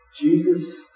Jesus